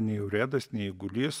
nei urėdas nei eigulys